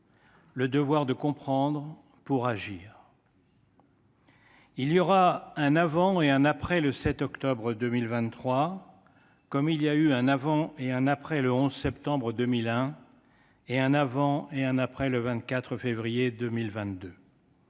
le devoir de comprendre pour agir. Il y aura un avant et un après le 7 octobre 2023, comme il y a eu un avant et un après le 11 septembre 2001 et un avant et un après le 24 février 2022.